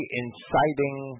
inciting